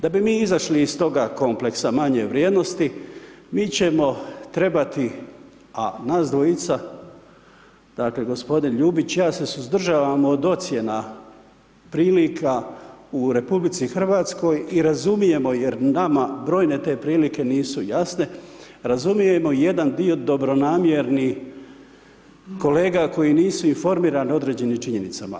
Da bi mi izašli iz toga kompleksa manje vrijednosti mi ćemo trebati a nas dvojica, dakle gospodin Ljubić i ja se suzdržavamo od ocjena, prilika u RH i razumijemo jer nama brojne te prilike nisu jasne, razumijemo jedan dio dobronamjernih kolega koji nisu informirane određenim činjenicama.